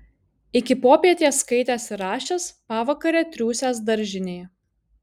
iki popietės skaitęs ir rašęs pavakare triūsęs daržinėje